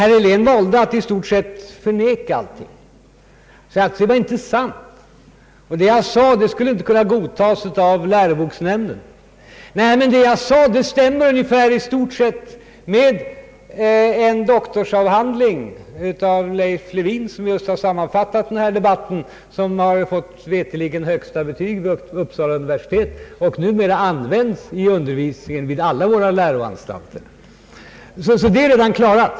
Herr Helén valde att i stort sett förneka allting — det jag sade skulle inte kunna godtas av läroboksnämnden. Vad jag sade stämmer emellertid i stort sett med vad som sägs i en doktorsavhandling av Leif Lewin, som har sammanfattat just debatten om utvecklingen under 1960-talet, som veterligen har fått högsta betyg vid Uppsala universitet och numera används i undervisningen i alla våra läroanstalter. Den saken är alltså redan avklarad.